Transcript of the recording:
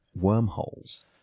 wormholes